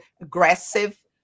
aggressive